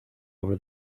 over